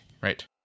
Right